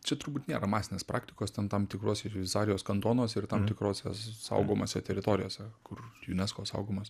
čia turbūt nėra masinės praktikos ten tam tikruose šveicarijos kantonuose ir tam tikrose saugomose teritorijose kur junesko saugomas